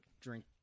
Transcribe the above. drink